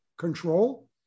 control